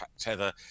tether